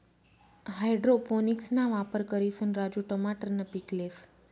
हाइड्रोपोनिक्सना वापर करिसन राजू टमाटरनं पीक लेस